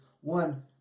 one